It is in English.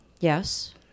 Yes